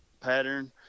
pattern